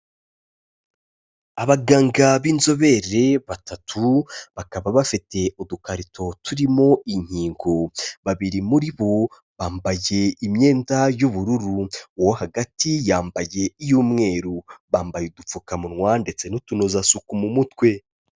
Abaganga b'inzobere batatu, bakaba bafite udukarito turimo inkingo, babiri muri bo bambaye imyenda y'ubururu, uwo hagati yambaye iy'umweru, bambaye udupfukamunwa ndetse n'utunozasuku mu mutwe.